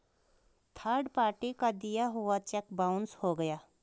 third party का दिया हुआ चेक बाउंस हो गया